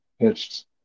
pitched